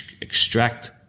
extract